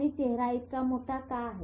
आणि चेहरा इतका मोठा का आहे